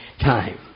time